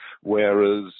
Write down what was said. whereas